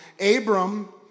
Abram